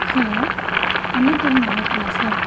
hello Annapurna ஹோட்டலா sir